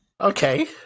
Okay